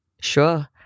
Sure